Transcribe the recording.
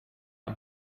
een